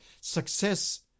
success